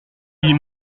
dit